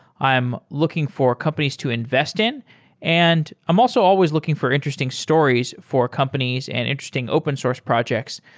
i'm looking for companies to invest in and i'm also always looking for interesting stories for companies and interesting open source projects.